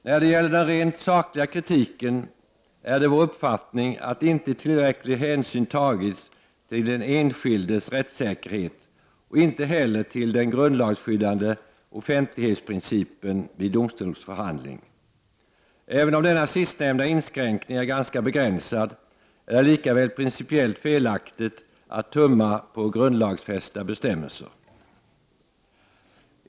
När det gäller den rent sakliga kritiken är det vår uppfattning att inte tillräcklig hänsyn tagits till den enskildes rättssäkerhet och inte heller till den grundlagsskyddade offentlighetsprincipen vid domstolsförhandling. Även om denna sistnämnda inskränkning är ganska begränsad är det likväl principiellt felaktigt att tumma på grundlagsfästa bestämmelser.